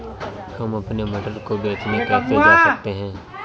हम अपने मटर को बेचने कैसे जा सकते हैं?